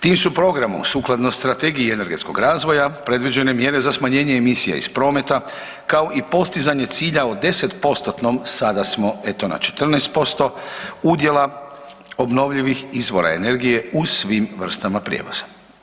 Tim su programom sukladno strategiji energetskog razvoja predviđene mjere za smanjenje emisija iz prometa kao i postizanje cilja o 10%-tnom sada smo eto na 14% udjela obnovljivih izvora energije u svim vrstama prijevoza.